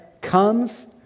comes